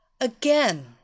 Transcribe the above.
Again